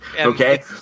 Okay